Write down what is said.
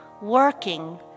working